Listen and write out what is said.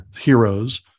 heroes